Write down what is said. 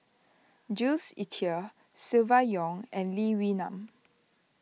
Jules Itier Silvia Yong and Lee Wee Nam